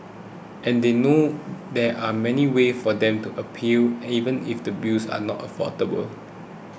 and they know there are many ways for them to appeal even if the bills are not affordable